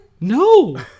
No